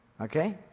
Okay